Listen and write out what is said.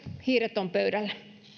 hiiret ovat pöydällä